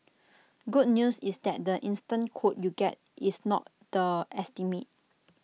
good news is that the instant quote you get is not the estimate